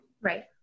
Right